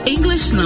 English